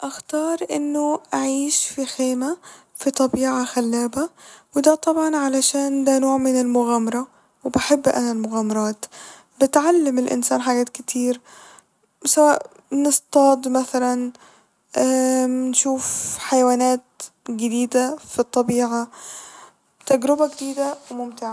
اختار انه اعيش ف خيمة ف طبيعة خلابة وده طبعا علشان ده نوع من المغامرة وبحب انا المغامرات بتعلم الانسان حاجات كتير سواء نصطاد مثلا نشوف حيوانات جديدة ف الطبيعة ، تجربة جديدة وممتعة